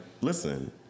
listen